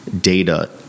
data